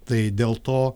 tai dėl to